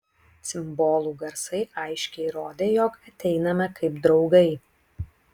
cimbolų garsai aiškiai rodė jog ateiname kaip draugai